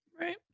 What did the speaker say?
Right